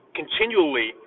continually